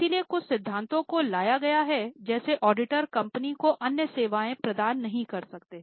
इसलिए कुछ सिद्धांतों को लाया गया है जैसे ऑडिटर कंपनी को अन्य सेवाएं प्रदान नहीं कर सकते